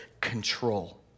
control